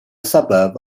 suburb